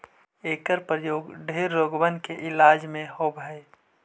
एकर प्रयोग ढेर रोगबन के इलाज में होब हई